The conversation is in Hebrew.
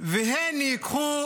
והן ייקחו